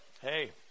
hey